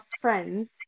friends